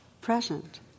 present